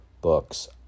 books